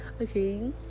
Okay